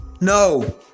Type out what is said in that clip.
No